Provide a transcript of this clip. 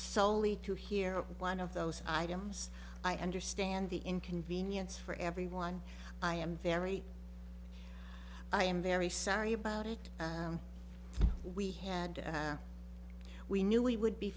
soley to hear one of those items i understand the inconvenience for everyone i am very i am very sorry about it we had we knew we would be